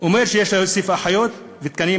אומר שיש להוסיף אחיות ותקנים,